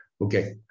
Okay